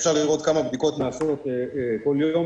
אפשר לראות כמה בדיקות נעשות כל יום.